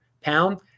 Pound